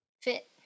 fit